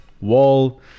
wall